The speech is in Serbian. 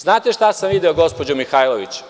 Znate šta sam video, gospođo Mihajlović?